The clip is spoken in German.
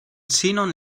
xenon